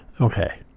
okay